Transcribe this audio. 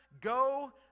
Go